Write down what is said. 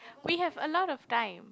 we have a lot of time